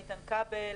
איתן כבל,